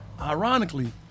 Ironically